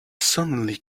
suddenly